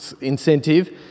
incentive